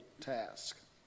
task